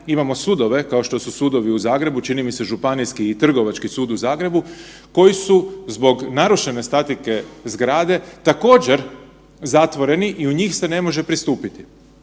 imamo sudove, kao što su sudovi u Zagrebu, čini mi se Županijski i Trgovački sud u Zagrebu, koji su zbog narušene statike zgrade, također, zatvoreni i u njih se ne može pristupiti.